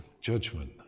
judgment